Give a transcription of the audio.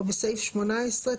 או בסעיף 18,